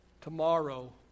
Tomorrow